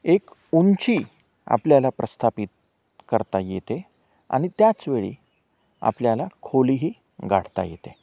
एक उंची आपल्याला प्रस्थापित करता येते आनि त्याच वेळी आपल्याला खोलीही गाठता येते